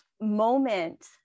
moment